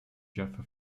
jaffa